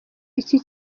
iki